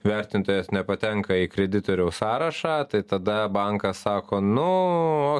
vertintojas nepatenka į kreditoriaus sąrašą tai tada bankas sako nu